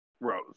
Rose